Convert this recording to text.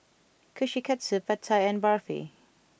Kushikatsu Pad Thai and Barfi